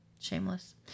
shameless